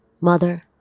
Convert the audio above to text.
mother